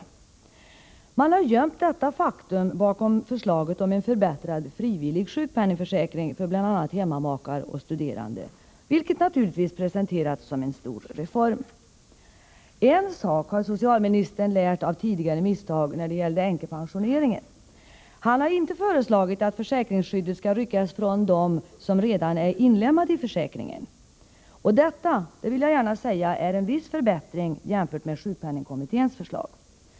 Regeringen har gömt detta faktum bakom förslaget om en förbättrad frivillig sjukpenningförsäkring för bl.a. hemmamakar och studerande, vilket naturligtvis har presenterats som en stor reform. En sak har socialministern lärt av tidigare misstag när det gällde änkepensioneringen. Han har inte föreslagit att försäkringsskyddet skall ryckas från dem som redan är inlemmade i försäkringen. Jag vill gärna säga att detta är en viss förbättring jämfört med sjukpenningkommitténs förslag.